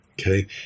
okay